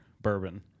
bourbon